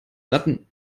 ratten